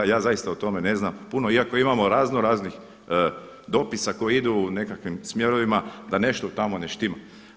Ja zaista o tome ne znam puno, iako imamo raznoraznih dopisa koji idu u nekakvim smjerovima da nešto tamo ne štima.